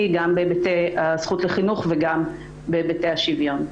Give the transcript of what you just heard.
גם בהיבטי הזכות לחינוך וגם בהיבטי השוויון.